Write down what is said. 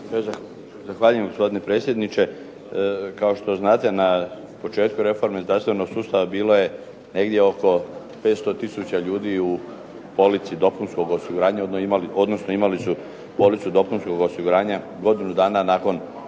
Zahvaljujem gospodine predsjedniče. Kao što znate na početku reforme zdravstvenog sustava bilo je negdje oko 500 tisuća ljudi u polici dopunskog osiguranja, odnosno imali su policu dopunskog osiguranja godinu dana nakon